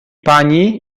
pani